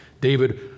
David